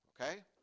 Okay